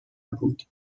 بود